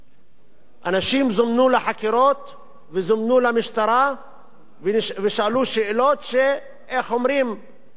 אנשים זומנו לחקירות וזומנו למשטרה ושאלו שאלות שהן לא כשרות,